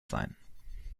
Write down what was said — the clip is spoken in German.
sein